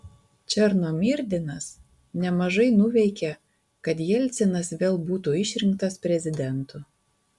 černomyrdinas nemažai nuveikė kad jelcinas vėl būtų išrinktas prezidentu